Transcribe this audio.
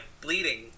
bleeding